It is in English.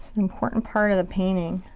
important part of the painting.